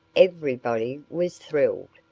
everybody was thrilled,